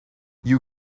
you